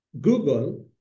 Google